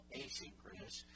asynchronous